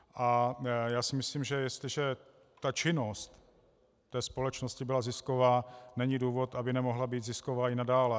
A já si myslím, že jestliže činnost té společnosti byla zisková, není důvod, aby nemohla být zisková i nadále.